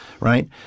right